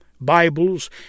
Bibles